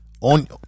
on